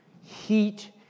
heat